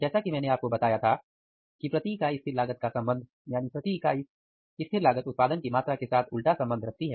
जैसा कि मैंने आपको बताया था कि प्रति इकाई स्थिर लागत का संबंध यानी प्रति इकाई स्थिर लागत उत्पादन की मात्रा के साथ उल्टा संबंध रखती है